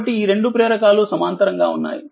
కాబట్టి ఈరెండుప్రేరకాలు సమాంతరంగా ఉన్నాయి